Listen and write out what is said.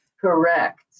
correct